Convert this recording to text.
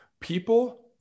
People